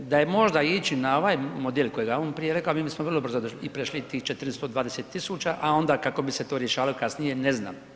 Da je možda ići na ovaj model kojega je on prije rekao, mi bismo vrlo brzo i prešli tih 420 000 a onda kako bi se to rješavalo kasnije, ne znam.